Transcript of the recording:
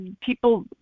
People